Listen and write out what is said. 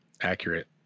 accurate